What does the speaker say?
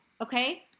okay